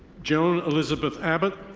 joan elizabeth abbott.